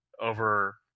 over